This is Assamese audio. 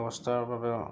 অৱস্থাৰ বাবে